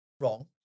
wrong